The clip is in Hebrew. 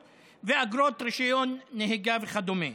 אגרות רישיון נהיגה וכדומה,